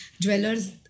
dwellers